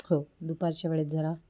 हो दुपारच्या वेळेत जरा